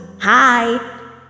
hi